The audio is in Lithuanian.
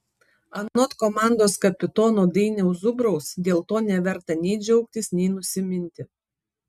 anot komandos kapitono dainiaus zubraus dėl to neverta nei džiaugtis nei nusiminti